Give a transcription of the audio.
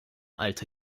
alte